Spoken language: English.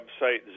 website